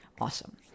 awesome